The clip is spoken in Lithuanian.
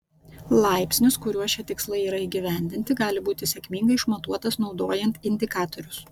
laipsnis kuriuo šie tikslai yra įgyvendinti gali būti sėkmingai išmatuotas naudojant indikatorius